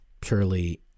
purely